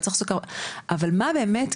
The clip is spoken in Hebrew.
אבל מה באמת,